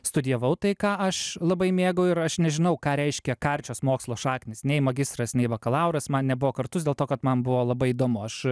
studijavau tai ką aš labai mėgau ir aš nežinau ką reiškia karčios mokslo šaknys nei magistras nei bakalauras man nebuvo kartus dėl to kad man buvo labai įdomu aš